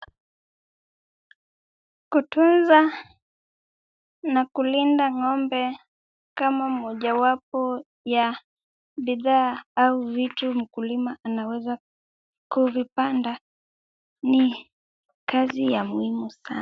Kutunza na kulinda ng'ombe kama mojawapo ya bidhaa au vitu mkulima anaweza kuvipanda, ni kazi ya muhimu sana.